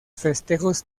festejos